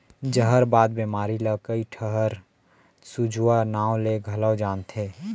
जहरबाद बेमारी ल कइ डहर सूजवा नांव ले घलौ जानथें